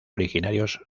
originarios